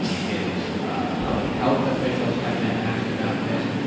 um his ah public health officials have been asked about this.